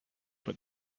put